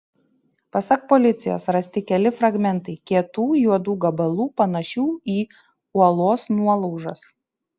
pasak policijos rasti keli fragmentai kietų juodų gabalų panašių į uolos nuolaužas